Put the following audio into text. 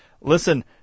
listen